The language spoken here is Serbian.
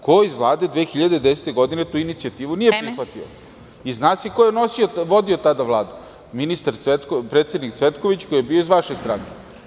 Ko iz Vlade 2010. godine tu inicijativu nije prihvatio? (Predsedavajuća: Vreme.) Zna se ko je vodio tada Vladu, predsednik Cvetković koji je bio iz vaše stranke.